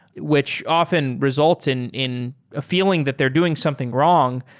which often results in in a feeling that they're doing something wrong.